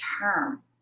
term